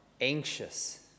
anxious